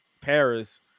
Paris